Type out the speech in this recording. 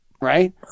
right